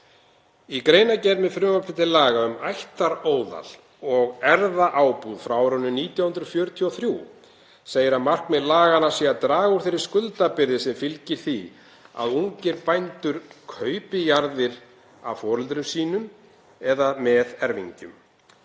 Í greinargerð með frumvarpi til laga um ættaróðal og erfðaábúð frá árinu 1943 segir að markmið laganna sé að draga úr þeirri skuldabyrði sem fylgir því að ungir bændur kaupi jarðir af foreldrum sínum eða með erfingjum.